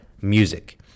music